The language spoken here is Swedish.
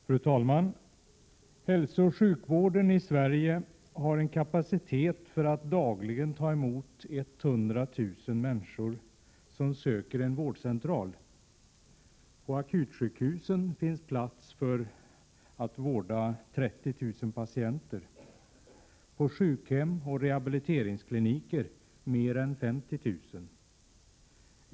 Fru talman! Hälsooch sjukvården i Sverige har en kapacitet för att dagligen ta emot 100 000 människor som söker en vårdcentral. På akutsjukhusen finns plats för att vårda 30 000 patienter och på sjukhem och rehabiliteringskliniker mer än 50 000.